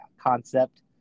concept